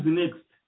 next